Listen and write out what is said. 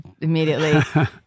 immediately